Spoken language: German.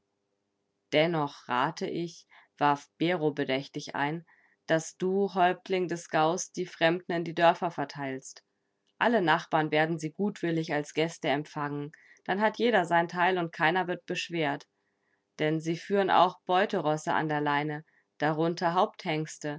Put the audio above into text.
dennoch rate ich warf bero bedächtig ein daß du häuptling des gaues die fremden in die dörfer verteilst alle nachbarn werden sie gutwillig als gäste empfangen dann hat jeder sein teil und keiner wird beschwert denn sie führen auch beuterosse an der leine darunter